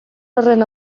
horren